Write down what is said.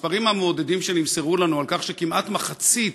המספרים המעודדים שנמסרו לנו על כך שכמעט מחצית